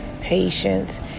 patience